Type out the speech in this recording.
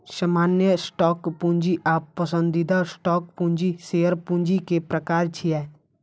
सामान्य स्टॉक पूंजी आ पसंदीदा स्टॉक पूंजी शेयर पूंजी के प्रकार छियै